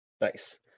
Nice